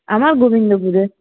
আমার গোবিন্দপুরে